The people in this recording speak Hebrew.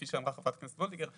כפי שאמרה חברת הכנסת וולדיגר,